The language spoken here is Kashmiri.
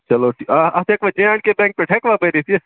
چَلو ٹھیٖک اَتھ ہٮ۪کوا جے اینڈ کے بینٛک پٮ۪ٹھ ہٮ۪کوا بٔرِتھ یہِ